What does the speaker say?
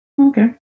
Okay